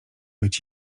być